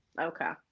Okay